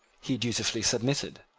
he dutifully submitted,